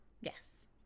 Yes